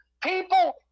people